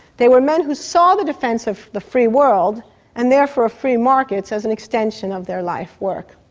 they were men who saw the defence of the free world and therefore free markets as an extension of their life work.